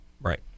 Right